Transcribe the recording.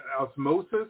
osmosis